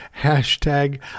Hashtag